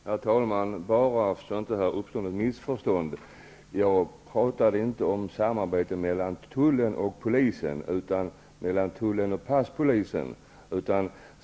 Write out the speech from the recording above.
Herr talman! För att det inte skall uppstå något missförstånd vill jag bara säga att jag inte talade om ett samarbete mellan tullen och polisen utan om ett samarbete mellan tullen och passpolisen.